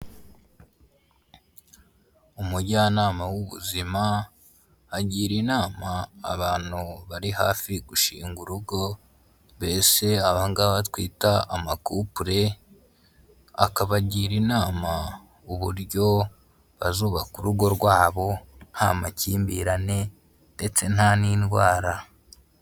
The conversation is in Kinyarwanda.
Umujyanama w'ubuzima agira inama abantu bari hafi gushinga urugo, mbese abanga batwita amakupule, akabagira inama uburyo bazubaka urugo rwabo nta makimbirane ndetse nta n'indwara.